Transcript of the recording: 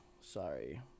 Sorry